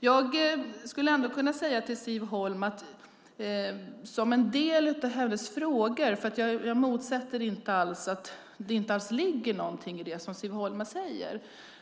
Jag tvivlar inte alls på att det inte ligger någonting i det som Siv Holma säger.